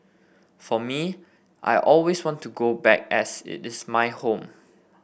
for me I always want to go back as it is my home